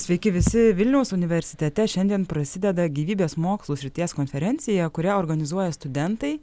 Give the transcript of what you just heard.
sveiki visi vilniaus universitete šiandien prasideda gyvybės mokslų srities konferencija kurią organizuoja studentai